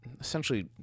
Essentially